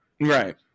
Right